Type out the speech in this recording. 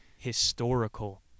historical